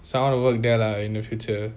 so I wanna work there lah in the future